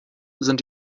sind